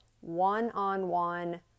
one-on-one